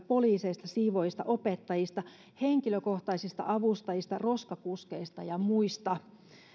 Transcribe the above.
poliiseista siivoojista opettajista henkilökohtaisista avustajista roskakuskeista ja muista